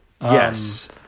Yes